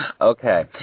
Okay